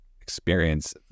experience